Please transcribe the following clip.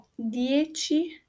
dieci